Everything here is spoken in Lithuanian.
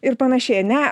ir panašiai ane